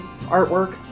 artwork